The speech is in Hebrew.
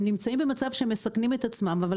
הם נמצאים במצב שהם מסכנים את עצמם.